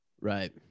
right